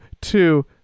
Two